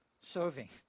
serving